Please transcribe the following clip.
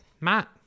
Matt